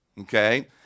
okay